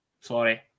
sorry